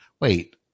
Wait